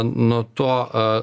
nuo to